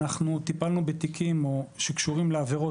אנחנו טיפלנו בתיקים שקשורים לעבירות